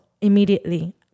immediately